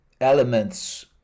elements